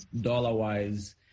dollar-wise